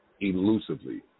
Elusively